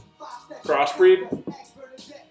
crossbreed